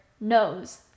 knows